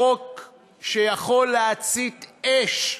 חוק שיכול להצית אש,